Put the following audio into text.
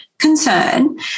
concern